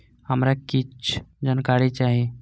हमरा कीछ जानकारी चाही